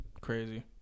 crazy